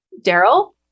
Daryl